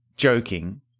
joking